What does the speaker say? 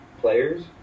players